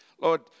Lord